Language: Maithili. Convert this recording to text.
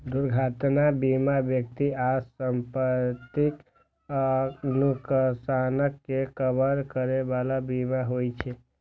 दुर्घटना बीमा व्यक्ति आ संपत्तिक नुकसानक के कवर करै बला बीमा होइ छे